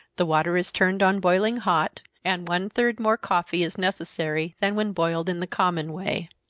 the water is turned on boiling hot, and one-third more coffee is necessary than when boiled in the common way.